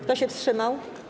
Kto się wstrzymał?